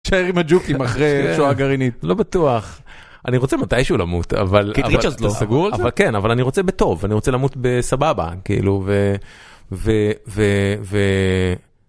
שמג'וקים אחרי שואה גרעינית לא בטוח אני רוצה מתישהו למות אבל כן אבל אני רוצה בטוב אני רוצה למות בסבבה כאילו וזה.